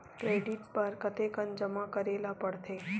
Credit बर कतेकन जमा करे ल पड़थे?